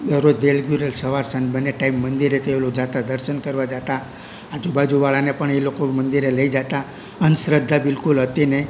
રોજ રેગ્યુલર સવાર સાંજ બંને ટાઈમ મંદિરે તેઓ જતાં દર્શન કરવા જતાં આજુબાજુ વાળાને પણ એ લોકો મંદિરે લઈ જતાં અંધશ્રદ્ધા બિલકુલ હતી નહીં